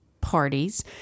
parties